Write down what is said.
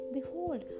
Behold